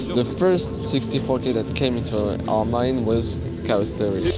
the first sixty four k that came into and our mind was chaos theory.